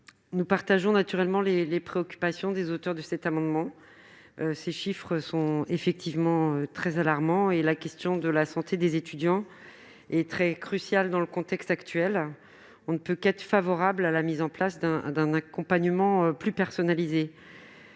Nous partageons naturellement les préoccupations des auteurs de cet amendement ; ces chiffres sont effectivement très alarmants, et la question de la santé des étudiants est cruciale dans le contexte actuel. On ne peut qu'être favorable à la mise en place d'un accompagnement plus personnalisé.